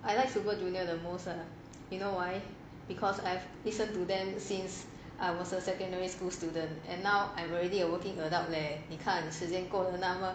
I like super junior the most ah you know why because I've listen to them since I was a secondary school student and now I'm already a working adult leh 你看时间过得那么